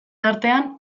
artean